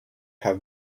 have